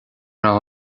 raibh